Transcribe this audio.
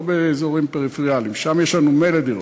לא באזורים פריפריאליים, שם יש לנו ממילא דירות.